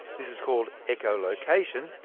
this is called echolocation,